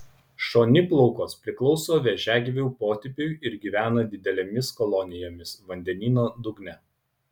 šoniplaukos priklauso vėžiagyvių potipiui ir gyvena didelėmis kolonijomis vandenyno dugne